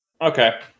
Okay